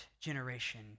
generation